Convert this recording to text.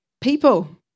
people